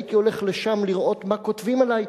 הייתי הולך לשם לראות מה כותבים עלי.